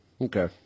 Okay